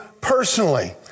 personally